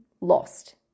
lost